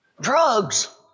Drugs